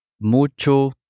Mucho